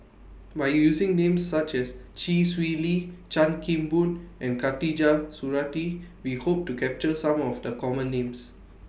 By using Names such as Chee Swee Lee Chan Kim Boon and Khatijah Surattee We Hope to capture Some of The Common Names